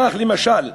כך, למשל,